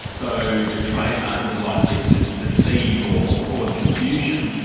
so the trademark was likely to deceive or cause confusion,